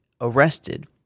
arrested